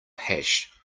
hash